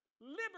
Liberty